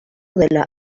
dela